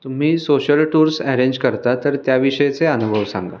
तुम्ही social tours arrange करता तर त्याविषयीचे अनुभव सांगा